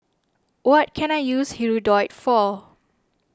what can I use Hirudoid for